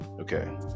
Okay